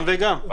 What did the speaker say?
גם וגם.